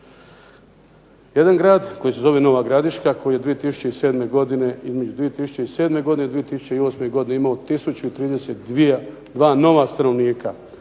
jedan grad koji se zove Nova Gradiška koji je između 2007. i 2008. godine imao 1032 nova stanovnika.